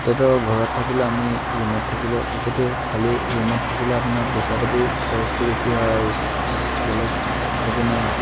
তেহেতৰ ঘৰত থাকিলেও আমি ৰুমত থাকিলেও একেটোৱে খালী ৰুমত থাকিলে আপোনাৰ পইচা পাতি খৰচটো বেছি হয় আৰু বেলেগ একো নাই